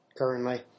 currently